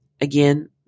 Again